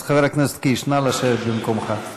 אז, חבר כנסת קיש, נא לשבת במקומך.